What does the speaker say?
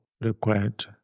required